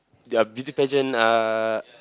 ya beauty pageant uh